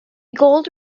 gold